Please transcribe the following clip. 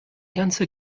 ganzer